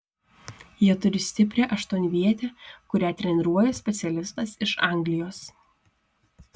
jie turi stiprią aštuonvietę kurią treniruoja specialistas iš anglijos